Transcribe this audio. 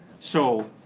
so